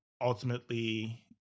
ultimately